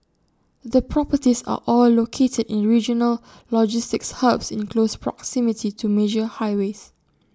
the properties are all located in regional logistics hubs in close proximity to major highways